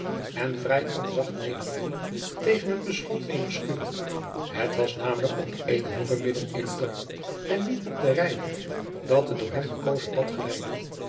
en vrij onzacht nederviel tegen het beschot eener schuur het was namelijk op eene hoeve midden in het dorp en niet op den rijweg dat het door hem gekozen pad geleidde